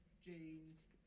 jeans